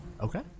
Okay